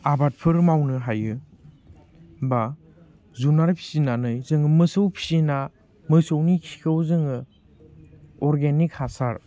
आबादफोर मावनो हायो बा जुनार फिसिनानै जों मोसौ फिसिना मोसौनि खिखौ जोङो अरगेनिक हासार